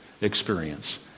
experience